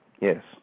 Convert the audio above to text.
Yes